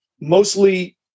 mostly